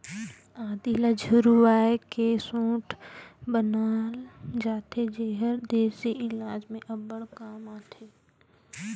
आदी ल झुरवाए के सोंठ बनाल जाथे जेहर देसी इलाज में अब्बड़ काम आथे